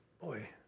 boy